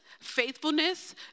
faithfulness